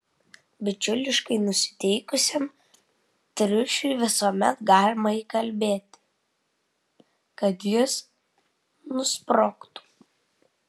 bičiuliškai nusiteikusiam triušiui visuomet galima įkalbėti kad jis nusprogtų